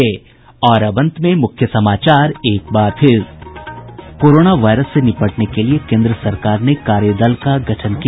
और अब अंत में मुख्य समाचार एक बार फिर कोरोना वायरस से निपटने के लिए केन्द्र सरकार ने कार्यदल का गठन किया